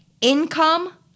Income